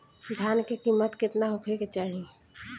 धान के किमत केतना होखे चाही?